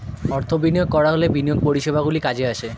অর্থ বিনিয়োগ করা হলে বিনিয়োগ পরিষেবাগুলি কাজে আসে